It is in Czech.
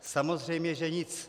Samozřejmě že nic.